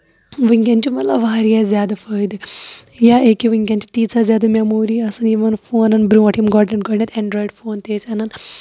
وٕنکیٚن چھُ مطلب واریاہ زیادٕ فٲیدٕ یا أکیاہ وٕنکیٚن چھُ تیٖژاہ زیادٕ میٚموری آسان یِمن فونن برونٹھ یِم گۄڈٕنیٚتھ گۄڈٕنیٚتھ ایٚنڈرایِڈ فون تہِ ٲسۍ انان